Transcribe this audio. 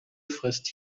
frisst